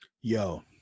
Yo